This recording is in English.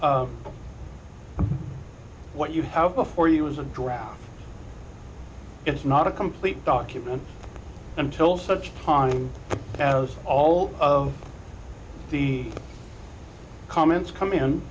n what you have before you is a draft it's not a complete document until such time as all of the comments come